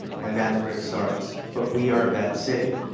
and that's where it starts. but we are that city.